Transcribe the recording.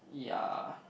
ya